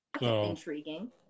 intriguing